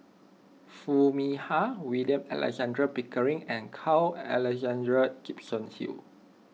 Foo Mee Har William Alexander Pickering and Carl Alexander Gibson Hill